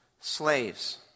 Slaves